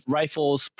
rifles